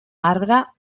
marbre